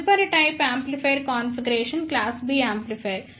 తదుపరి type amplifier configuration class B amplifier